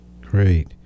Great